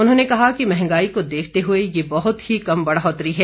उन्होंने कहा कि महंगाई को देखते हुए यह बहुत ही कम बढ़ोतरी है